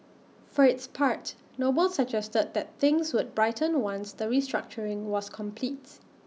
for its part noble suggested that things would brighten once the restructuring was completes